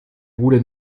bude